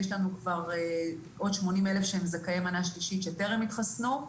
ויש לנו עוד 80,000 שהם זכאי מנה שלישית שטרם התחסנו.